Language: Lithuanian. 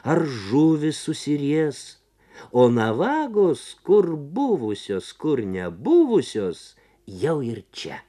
ar žuvis susiries ona vagos kur buvusios kur nebuvusios jau ir čia